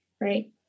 right